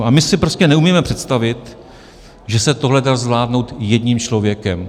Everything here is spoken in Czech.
A my si prostě neumíme představit, že tohle se dá zvládnout jedním člověkem.